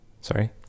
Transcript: Sorry